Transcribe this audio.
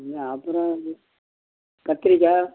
ம் அப்புறம் வந்து கத்திரிக்காய்